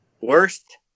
Worst